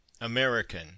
American